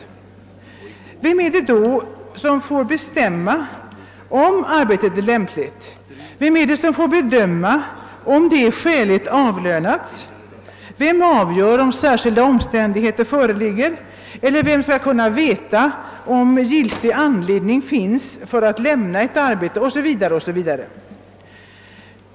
Vem är det då som får bestämma om arbetet är lämpligt, vem är det som skall bedöma om det är skäligt avlönat, vem avgör om särskilda omständigheter föreligger, vem skall fastslå om giltig anledning finns för att lämna ett arbete o. s. v.?